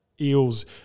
Eels